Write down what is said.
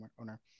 owner